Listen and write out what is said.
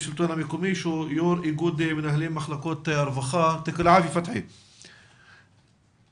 יו"ר איגוד מנהלי מחלקות הרווחה במרכז השלטון המקומי.